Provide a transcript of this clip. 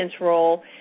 role